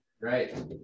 right